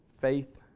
faith